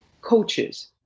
Coaches